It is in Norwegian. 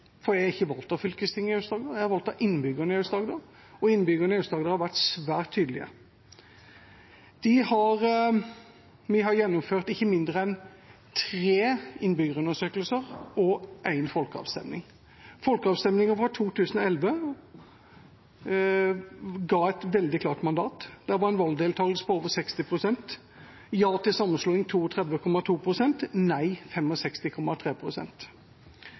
for jeg er ikke valgt av fylkestinget i Aust-Agder. Jeg er valgt av innbyggerne i Aust-Agder, og innbyggerne i Aust-Agder har vært svært tydelige. Vi har gjennomført ikke mindre enn tre innbyggerundersøkelser og én folkeavstemning. Folkeavstemningen fra 2011 ga et veldig klart mandat. Det var en valgdeltagelse på over 60 pst. Ja til sammenslåing: 32,2 pst. Nei